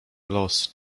los